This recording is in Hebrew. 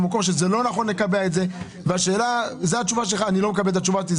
זאת התשובה שלך ואני לא מקבל אותה.